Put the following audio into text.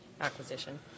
acquisition